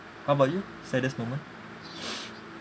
how about you saddest moment